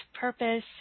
Purpose